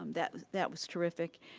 um that that was terrific,